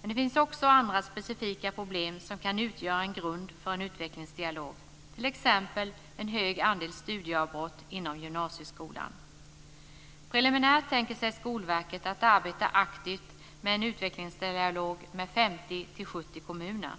Men det finns också andra specifika problem som kan utgöra grund för en utvecklingsdialog, t.ex. en hög andel studieavbrott inom gymnasieskolan. Preliminärt tänker sig Skolverket att arbeta aktivt med en utvecklingsdialog med 50-70 kommuner.